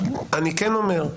אני כן אומר,